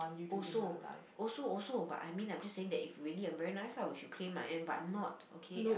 also also also but I mean I'm just saying that if really I'm very nice ah which you claim I am but I'm not okay I'm